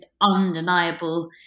undeniable